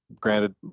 Granted